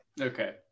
okay